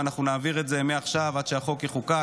ואנחנו נעביר את זה ביחד מעכשיו עד שהחוק יחוקק.